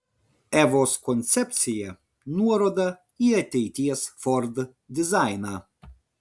evos koncepcija nuoroda į ateities ford dizainą